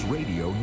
Radio